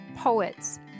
poets